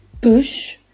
push